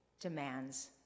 demands